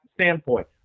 standpoint